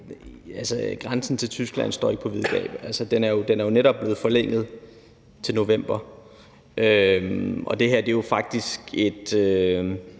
grænsen til Tyskland står ikke på vid gab. Grænsekontrollen er jo netop blevet forlænget til november, og det sker jo faktisk ud